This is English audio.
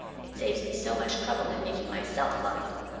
it saves me so much trouble in making myself love them.